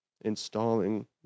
installing